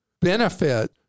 benefit